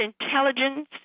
intelligence